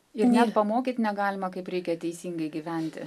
ir net pamokyt negalima kaip reikia teisingai gyventi